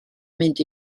mynd